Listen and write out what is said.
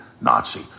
Nazi